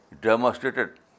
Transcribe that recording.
demonstrated